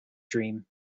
dream